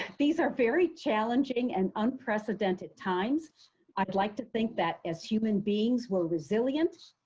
these are very challenging and unprecedented times i'd like to think that as human beings, we're resilient.